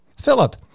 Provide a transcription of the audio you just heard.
Philip